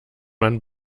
man